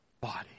body